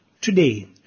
today